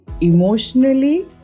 emotionally